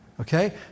Okay